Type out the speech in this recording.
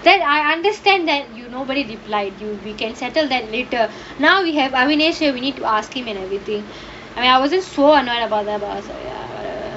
then I understand that you nobody replied you we can settle later now we have ahvenesh here we need to ask him and everything I mean I wasn't so annoyed about that ya